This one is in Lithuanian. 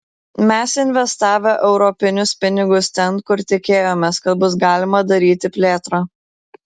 mes investavę europinius pinigus ten kur tikėjomės kad bus galima daryti plėtrą